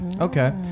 Okay